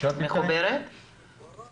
עסקתי שנים רבות בעניין הזה של חוקי עבודה